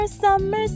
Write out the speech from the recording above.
summer